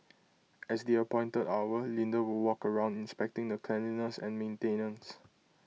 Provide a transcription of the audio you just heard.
as the appointed hour Linda would walk around inspecting the cleanliness and maintenance